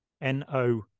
N-O